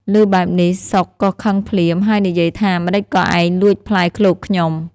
ឮបែបនេះ សុខក៏ខឹងភ្លាម ហើយនិយាយថា “ម្តេចក៏ឯងលួចផ្លែឃ្លោកខ្ញុំ?”។